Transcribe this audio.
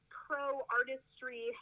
pro-artistry